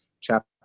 chapter